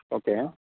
okay